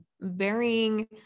varying